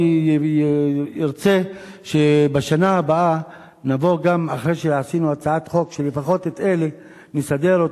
אני ארצה שבשנה הבאה נבוא גם אחרי שעשינו הצעת חוק שלפחות את אלה נסדר,